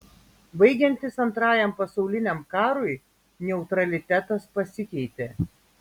baigiantis antrajam pasauliniam karui neutralitetas pasikeitė